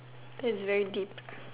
that's very deep